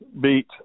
beat